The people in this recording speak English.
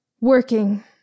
working